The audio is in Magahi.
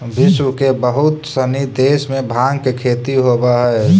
विश्व के बहुत सनी देश में भाँग के खेती होवऽ हइ